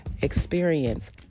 experience